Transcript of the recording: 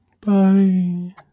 Bye